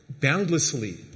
boundlessly